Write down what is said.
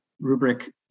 Rubric